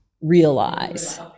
realize